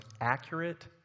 accurate